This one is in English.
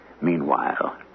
Meanwhile